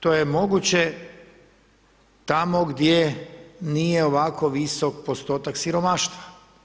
To je moguće tamo gdje nije ovako visok postotak siromaštva.